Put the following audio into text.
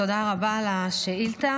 תודה רבה על השאילתה.